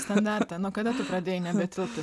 standartą nuo kada pradėjai nebetilpt į